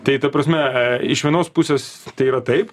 tai ta prasme e iš vienos pusės tai yra taip